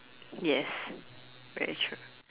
yes very true